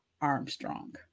Armstrong